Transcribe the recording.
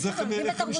אז איך הם ישתתפו,